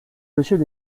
monsieur